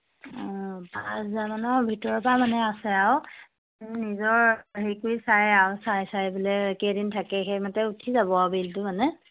অঁ পাঁচ হাজাৰমানৰ ভিতৰৰ পৰা মানে আছে আৰু নিজৰ হেৰি কৰি চাই আৰূ চাই চাই পেলাই কেইদিন থাকে সেইমতে উঠি যাব আৰু বিলটো মানে